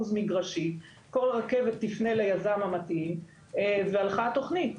מגרשי כל רכבת תפנה ליזם המתאים והלכה התכנית.